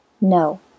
no